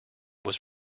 was